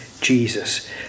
Jesus